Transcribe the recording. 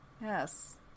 Yes